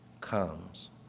comes